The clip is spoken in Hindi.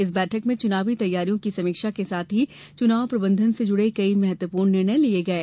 इस बैठक में चुनावी तैयारियों की समीक्षा के साथ ही चुनाव प्रबंधन से कई महत्वपूर्ण निर्णय लिये गये